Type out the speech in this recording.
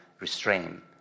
restrain